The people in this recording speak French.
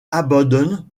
abandonne